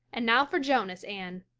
and now for jonas, anne.